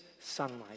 sunlight